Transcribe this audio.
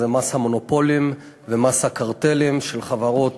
זה מס המונופולים ומס הקרטלים של חברות